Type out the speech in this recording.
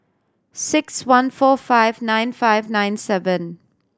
six one four five nine five nine seven